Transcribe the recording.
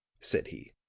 said he,